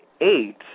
eight